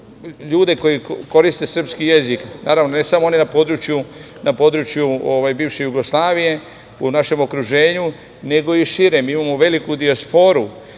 ljude koji koriste srpski jezik, ne samo one na području bivše Jugoslavije, u našem okruženju nego i šire, mi imamo veliku dijasporu